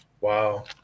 Wow